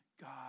God